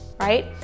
right